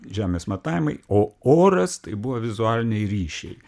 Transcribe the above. žemės matavimai o oras tai buvo vizualiniai ryšiai